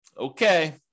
Okay